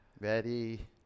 Ready